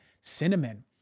cinnamon